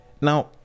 now